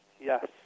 yes